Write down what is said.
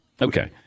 Okay